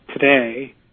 today